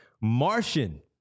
martian